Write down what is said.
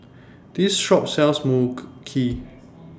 This Shop sells Mui Kee